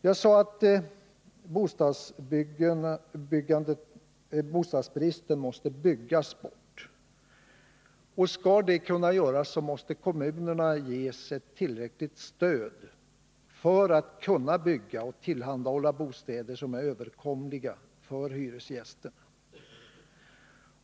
Jag sade att bostadsbristen måste byggas bort. Men då måste kommunerna ges ett tillräckligt stöd för att de skall kunna bygga och tillhandahålla bostäder som är överkomliga för hyresgäster.